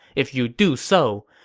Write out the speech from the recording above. if you do so,